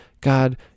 God